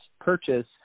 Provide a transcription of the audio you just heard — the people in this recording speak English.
purchase